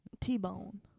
T-Bone